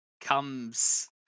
comes